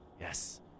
Yes